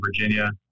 Virginia